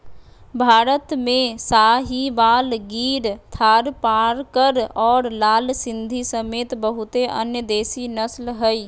भारत में साहीवाल, गिर थारपारकर और लाल सिंधी समेत बहुते अन्य देसी नस्ल हइ